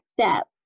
step